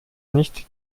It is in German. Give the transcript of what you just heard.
nicht